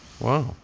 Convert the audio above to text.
Wow